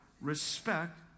respect